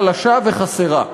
חלשה וחסרה.